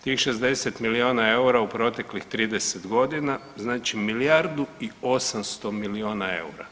Tih 60 milijuna eura u proteklih 30.g. znači milijardu i 800 milijuna eura.